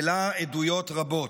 ולה עדויות רבות.